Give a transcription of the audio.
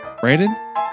Brandon